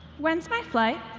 when's my flight?